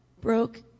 broke